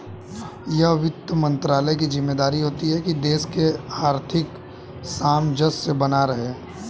यह वित्त मंत्रालय की ज़िम्मेदारी होती है की देश में आर्थिक सामंजस्य बना रहे